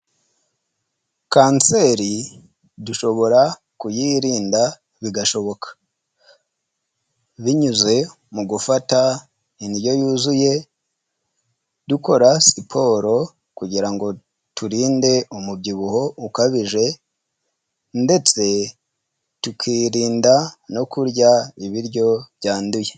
Kanseri dushobora kuyirinda bishoboka binyuze mu gufata indyo yuzuye dukora siporo kugirango ngo turinde umubyibuho ukabije ndetse tukirinda no kurya ibiryo byanduye.